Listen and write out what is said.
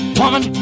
woman